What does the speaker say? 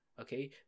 Okay